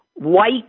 White